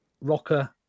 Rocker